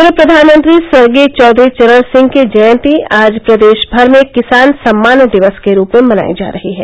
पूर्व प्रधानमंत्री स्वर्गीय चौधरी चरण सिंह की जयंती आज प्रदेश भर में किसान सम्मान दिवस के रूप में मनाई जा रही है